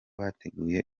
bateguye